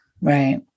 Right